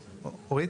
זה, אורית?